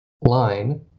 line